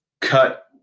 cut